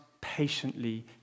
patiently